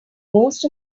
most